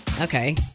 okay